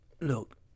Look